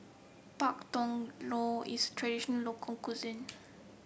Pak Thong Ko is tradition local cuisine